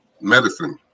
medicine